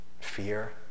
fear